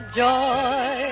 joy